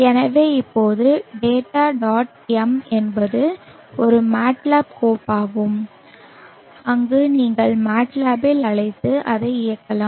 எனவே இப்போது data dot m என்பது ஒரு MATLAB கோப்பாகும் அங்கு நீங்கள் MATLAB இல் அழைத்து அதை இயக்கலாம்